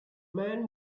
man